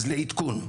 אז לעדכון,